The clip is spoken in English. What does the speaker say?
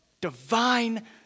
divine